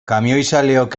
kamioizaleok